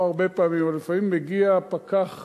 לא הרבה פעמים אבל לפעמים מגיע פקח